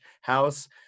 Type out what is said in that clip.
house